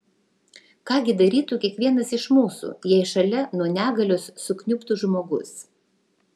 ką gi darytų kiekvienas iš mūsų jei šalia nuo negalios sukniubtų žmogus